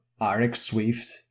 RxSwift